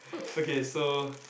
okay so